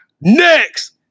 next